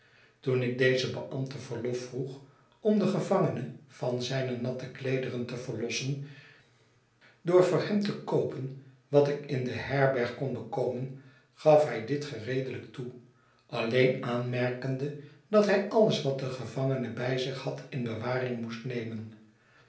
toen ik dezen beambte verlof vroeg om den gevangene van zijne natte kleederen te verlossen door voor hem te koopen watikindeherbergkon bekomen gaf hij dit gereedelijk toe alleenaanmerkende dat hij alles wat de gevangene bij zich had in bewaring m'oest nemen